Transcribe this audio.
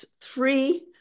three